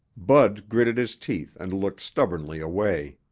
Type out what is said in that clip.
bud gritted his teeth and looked stubbornly away.